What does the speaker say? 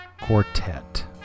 Quartet